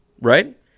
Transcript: Right